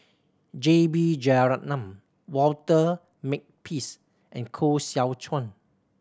J B Jeyaretnam Walter Makepeace and Koh Seow Chuan